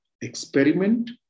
experiment